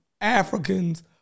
Africans